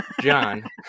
John